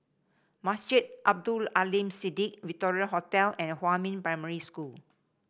Masjid Abdul Aleem Siddique Victoria Hotel and Huamin Primary School